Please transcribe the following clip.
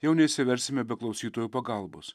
jau neišsiversime be klausytojų pagalbos